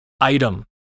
item